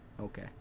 Okay